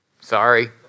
Sorry